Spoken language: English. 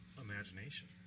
imagination